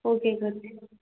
okay coach